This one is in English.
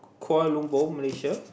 Kuala-Lumpur Malaysia